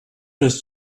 bis